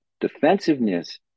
Defensiveness